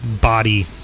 body